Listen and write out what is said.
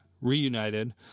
reunited